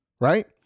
right